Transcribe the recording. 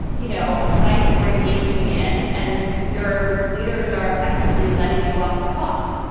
you know, a fight we're engaging in and your leaders are effectively letting you off the hook,